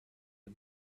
the